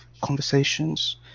conversations